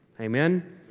Amen